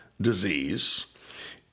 disease